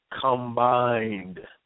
combined